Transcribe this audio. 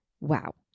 Wow